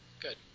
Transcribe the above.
good